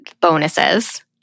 bonuses